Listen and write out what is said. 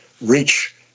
reach